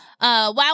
Wow